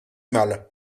mal